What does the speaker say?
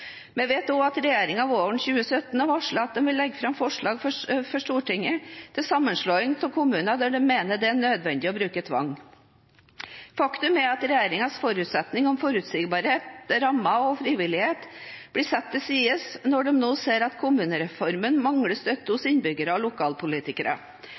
Vi vet også at regjeringen våren 2017 har varslet at de vil legge fram forslag for Stortinget til sammenslåing av kommuner der de mener det er nødvendig å bruke tvang. Faktum er at regjeringens forutsetninger om forutsigbare rammer og frivillighet blir satt til side når de nå ser at kommunereformen mangler støtte hos innbyggerne og